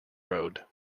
road